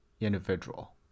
individual